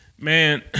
man